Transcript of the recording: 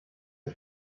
der